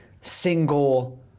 single